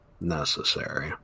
necessary